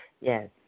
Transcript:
Yes